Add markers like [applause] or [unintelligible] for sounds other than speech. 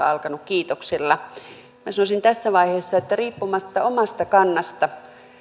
[unintelligible] alkaneet kiitoksilla minä sanoisin tässä vaiheessa että riippumatta omasta kannastani